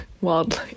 wildly